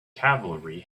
cavalry